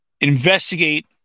investigate